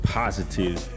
positive